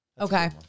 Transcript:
Okay